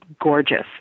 gorgeous